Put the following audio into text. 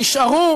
נשארו